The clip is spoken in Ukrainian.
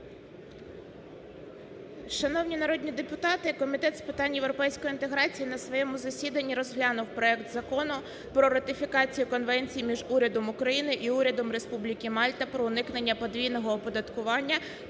Шановні народні депутати! Комітет з питань європейської інтеграції на своєму засіданні розглянув проект Закону про ратифікацію Конвенції між Урядом України і Урядом Республіки Мальта про уникнення подвійного оподаткування